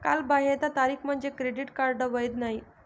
कालबाह्यता तारीख म्हणजे क्रेडिट कार्ड वैध नाही